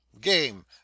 Game